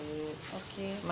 okay